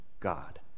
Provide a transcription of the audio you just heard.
god